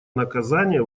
наказания